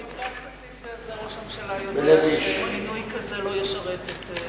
במקרה הספציפי הזה ראש הממשלה יודע שמינוי כזה לא ישרת את,